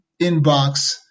inbox